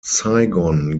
saigon